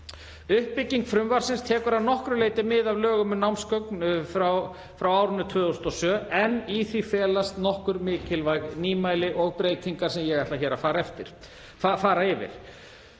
Uppbygging frumvarpsins tekur að nokkru leyti mið af lögum um námsgögn en í því felast nokkur mikilvæg nýmæli og breytingar sem ég ætla hér að fara yfir.